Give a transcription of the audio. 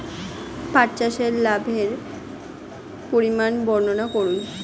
পাঠ চাষের লাভের পরিমান বর্ননা করুন?